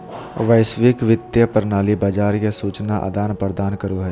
वैश्विक वित्तीय प्रणाली बाजार के सूचना आदान प्रदान करो हय